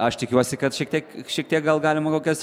aš tikiuosi kad šiek tiek šiek tiek gal galima kokias